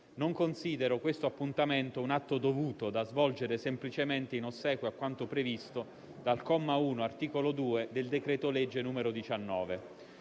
non considero questo appuntamento un atto dovuto, da svolgere semplicemente in ossequio a quanto previsto dal comma 1 dell'articolo 2 del decreto-legge n. 19